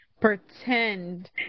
pretend